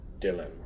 Dylan